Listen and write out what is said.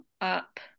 up